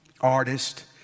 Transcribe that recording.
artist